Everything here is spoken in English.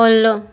follow